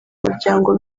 muryango